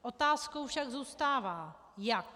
Otázkou však zůstává jak.